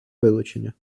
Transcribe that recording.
вилучення